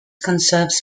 conserves